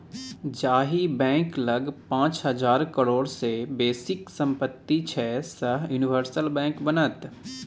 जाहि बैंक लग पाच हजार करोड़ सँ बेसीक सम्पति छै सैह यूनिवर्सल बैंक बनत